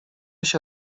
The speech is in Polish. się